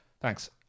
Thanks